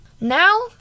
Now